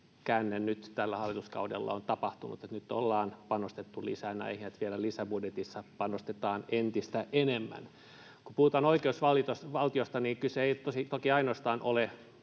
että nyt tällä hallituskaudella on tapahtunut käänne, että nyt ollaan panostettu lisää näihin ja vielä lisäbudjetissa panostetaan entistä enemmän. Kun puhutaan oikeusvaltiosta, kyse ei toki ole ainoastaan